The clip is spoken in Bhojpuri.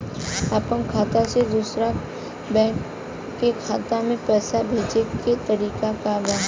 अपना खाता से दूसरा बैंक के खाता में पैसा भेजे के तरीका का बा?